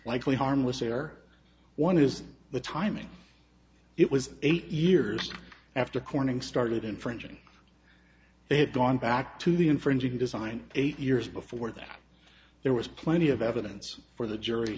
likely harmless or one is the timing it was eight years after corning started infringing they had gone back to the infringing design eight years before that there was plenty of evidence for the jury